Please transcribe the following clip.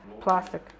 plastic